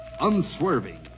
Unswerving